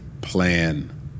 plan